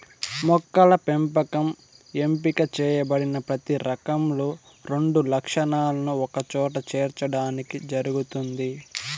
మొక్కల పెంపకం ఎంపిక చేయబడిన ప్రతి రకంలో రెండు లక్షణాలను ఒకచోట చేర్చడానికి జరుగుతుంది